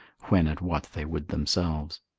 when and what they would themselves.